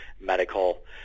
medical